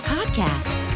Podcast